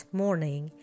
morning